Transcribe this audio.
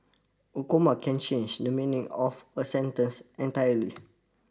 a comma can change the meaning of a sentence entirely